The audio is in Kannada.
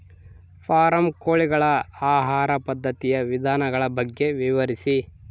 ಫಾರಂ ಕೋಳಿಗಳ ಆಹಾರ ಪದ್ಧತಿಯ ವಿಧಾನಗಳ ಬಗ್ಗೆ ವಿವರಿಸಿ?